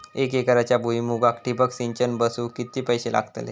एक एकरच्या भुईमुगाक ठिबक सिंचन बसवूक किती पैशे लागतले?